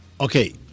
Okay